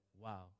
wow